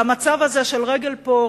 והמצב של רגל פה,